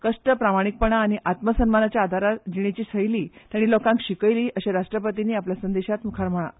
कष्ट प्रामाणिकपण आनी आत्मसन्मानाच्या आदारार जीणेची शैली तांणी लोकांक शिकयली अशेय राष्ट्रपतीनी आपल्या संदेशान मुखार म्हळा